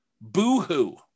Boo-hoo